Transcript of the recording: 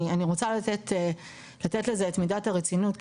אני רוצה לתת לזה את מידת הרצינות,